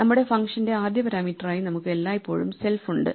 നമ്മുടെ ഫംഗ്ഷന്റെ ആദ്യ പാരാമീറ്ററായി നമുക്ക് എല്ലായ്പ്പോഴും സെൽഫ് ഉണ്ട്